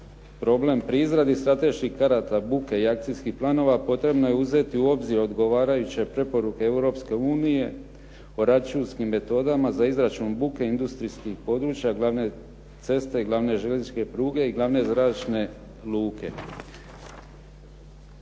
problem, pri izradi strateških karata buke i akcijskih planova potrebno je uzeti u obzir odgovarajuće preporuke Europske unije o računskim metodama za izračun buke industrijskih područja, glavne ceste i glavne željezničke pruge i glavne zračne luke.